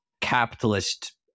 capitalist